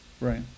right